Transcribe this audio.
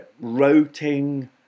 routing